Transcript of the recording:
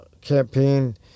campaign